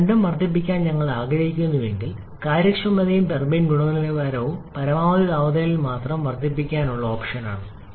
എന്നാൽ രണ്ടും വർദ്ധിപ്പിക്കാൻ ഞങ്ങൾ ആഗ്രഹിക്കുന്നുവെങ്കിൽ കാര്യക്ഷമതയും ടർബൈൻ എക്സിറ്റ് ഗുണനിലവാരവും പരമാവധി താപനിലയിൽ മാത്രം വർദ്ധിപ്പിക്കാനുള്ള ഞങ്ങളുടെ ഓപ്ഷനാണ്